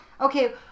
Okay